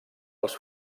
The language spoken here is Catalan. els